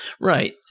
Right